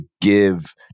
give